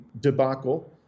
debacle